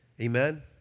Amen